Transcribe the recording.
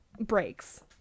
breaks